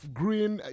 green